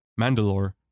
Mandalore